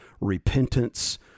repentance